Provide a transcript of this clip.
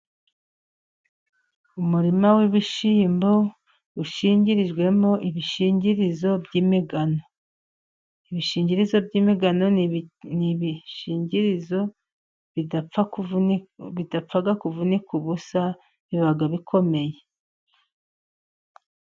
Umurima w'ibishyimbo ushingirijwemo ibishingirizo by'imigano, ibishingirizo by'imigani n'ibishingirizo bidapfa kuvunika ubusa biba bikomeye.